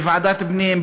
בוועדת הפנים,